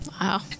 Wow